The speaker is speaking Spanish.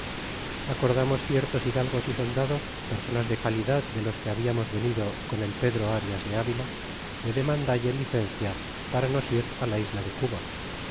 acordamos ciertos hidalgos y soldados personas de calidad de los que baldamos venido con el pedro arias de avila de demandalle lí cencia para nos ir la isla de cuba